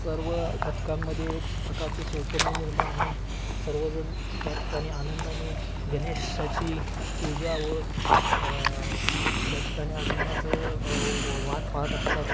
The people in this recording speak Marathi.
सर्व घटकांमध्ये एक प्रकारचे चैतन्य निर्माण होऊन सर्वजण त्या ठिकाणी आनंदाने गणेशाची पूजा व त्या ठिकाणी आगमनाचं व वाट पाहत असतात